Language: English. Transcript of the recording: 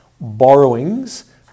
borrowings